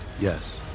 Yes